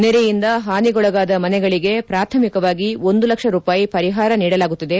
ನೆರೆಯಿಂದ ಪಾನಿಗೊಳಗಾದ ಮನೆಗಳಿಗೆ ಪ್ರಾಥಮಿಕವಾಗಿ ಒಂದು ಲಕ್ಷ ರೂಪಾಯಿ ಪರಿಹಾರ ನೀಡಲಾಗುತ್ತದೆ